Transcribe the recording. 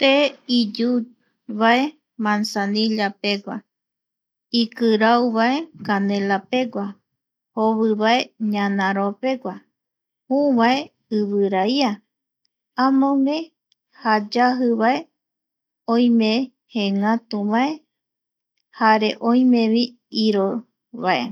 Te iyu, vae mansanilla pegua, ikirauvae canela pegua, jovivae ñanaro pegua, jüü vae ivira ia, amogue jayajivae, oime jee ngatu vae jare oimevi iro vae